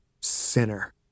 sinner